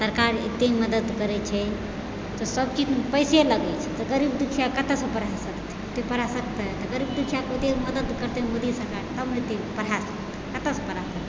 सरकार एते मदति करै छै तऽ सब के पैसे लगै छै तऽ गरीब दुखिया कतऽसँ पढ़ा सकैत छै पढ़ा सकतै गरीब दुखिया ओते मदति करतै मोदी सरकार तबने एते पढ़ा सकतै कतऽसँ पढ़ा सकतै